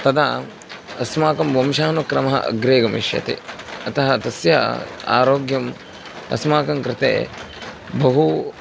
तदा अस्माकं वंशानुक्रमः अग्रे गमिष्यति अतः तस्य आरोग्यम् अस्माकं कृते बहु